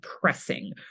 pressing